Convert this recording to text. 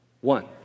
One